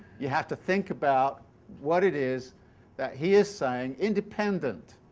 you have to think about what it is that he is saying, independent